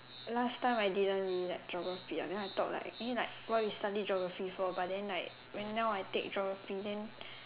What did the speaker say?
last time I didn't really like geography ah then I thought like eh like why we study geography for but then like when now I take geography then